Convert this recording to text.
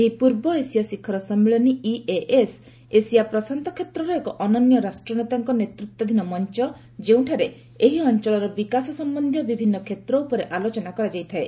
ଏହି ପୂର୍ବ ଏସିଆ ଶିଖର ସମ୍ମିଳନୀ ଇଏଏସ୍ ଏସିଆ ପ୍ରଶାନ୍ତ କ୍ଷେତ୍ରର ଏକ ଅନନ୍ୟ ରାଷ୍ଟ୍ରନେତାଙ୍କ ନେତୃତ୍ୱାଧୀନ ମଞ୍ଚ ଯେଉଁଠାରେ ଏହି ଅଞ୍ଚଳର ବିକାଶ ସମ୍ପନ୍ଧୀୟ ବିଭିନ୍ନ କ୍ଷେତ୍ର ଉପରେ ଆଲୋଚନା କରାଯାଇଥାଏ